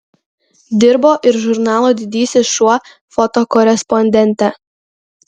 dirbo ir žurnalo didysis šuo fotokorespondente